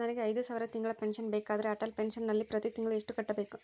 ನನಗೆ ಐದು ಸಾವಿರ ತಿಂಗಳ ಪೆನ್ಶನ್ ಬೇಕಾದರೆ ಅಟಲ್ ಪೆನ್ಶನ್ ನಲ್ಲಿ ಪ್ರತಿ ತಿಂಗಳು ಎಷ್ಟು ಕಟ್ಟಬೇಕು?